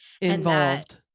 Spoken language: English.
Involved